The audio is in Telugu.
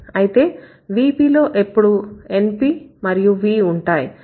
అయితే VP లో ఎప్పుడు NP మరియు V ఉంటాయి